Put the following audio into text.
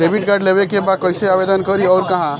Debit card लेवे के बा कइसे आवेदन करी अउर कहाँ?